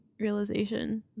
realization